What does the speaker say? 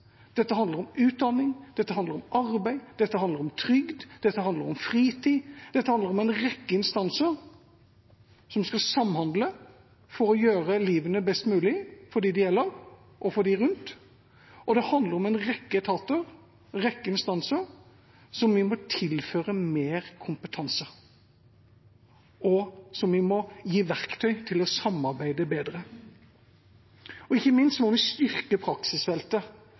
Dette handler om utdanning, dette handler om arbeid, dette handler om trygd, dette handler om fritid. Dette handler om en rekke instanser som skal samhandle for å gjøre livet best mulig for dem det gjelder, og for dem rundt, og det handler om en rekke etater, en rekke instanser som vi må tilføre mer kompetanse, og som vi må gi verktøy til å samarbeide bedre. Og ikke minst må vi styrke praksisfeltet,